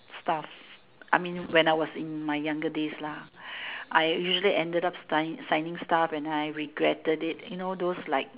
stuff I mean when I was in my younger days lah I usually ended up sign signing up and then I regretted it you know those like